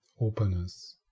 openness